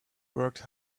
worked